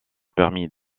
permis